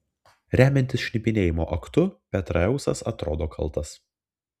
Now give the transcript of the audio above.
remiantis šnipinėjimo aktu petraeusas atrodo kaltas